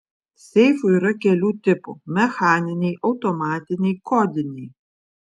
seifų yra kelių tipų mechaniniai automatiniai kodiniai